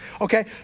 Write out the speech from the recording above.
okay